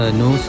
no